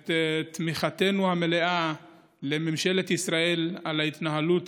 ואת תמיכתנו המלאה בממשלת ישראל על ההתנהלות